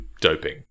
doping